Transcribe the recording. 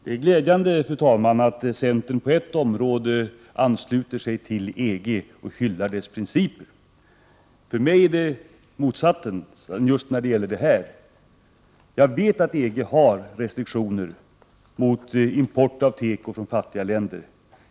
Fru talman! Det är glädjande att centern på ett område ansluter sig till EG och hyllar dess principer. För mig gäller motsatsen när det gäller just den här saken: Jag vet att EG har restriktioner mot import av tekoprodukter från fattiga länder.